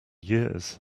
years